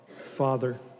Father